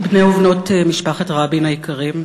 בני ובנות משפחת רבין היקרים,